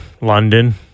London